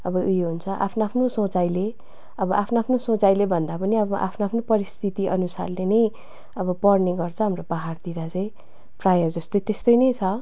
अब यो हुन्छ आफ्नो आफ्नो सोचाइले अब आफ्नो आफ्नो सोचाइले भन्दा पनि अब आफ्नो आफ्नो परिस्थिति अनुसारले नै अब पढ्ने गर्छ हाम्रो पाहाडतिर चाहिँ प्रायः जस्तै त्यस्तै नै छ